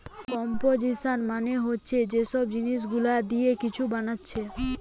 composition মানে হচ্ছে যে সব জিনিস গুলা দিয়ে কিছু বানাচ্ছে